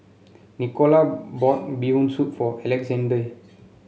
Nicola bought Bee Hoon Soup for Alexande